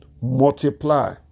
multiply